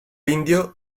indio